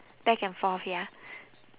back and forth ya